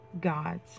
gods